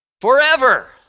Forever